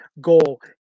goal